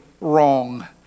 wrong